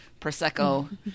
Prosecco